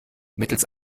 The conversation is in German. mittels